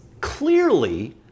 clearly